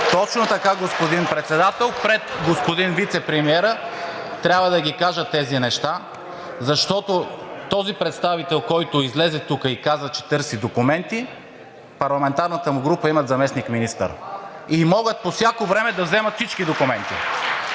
Точно така, господин Председател, пред господин Вицепремиера трябва да ги кажа тези неща, защото този представител, който излезе тук и каза, че търси документи, парламентарната му група имат заместник-министър (ръкопляскания от „БСП за България") и могат по всяко време да вземат всички документи.